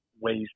ways